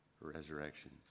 resurrection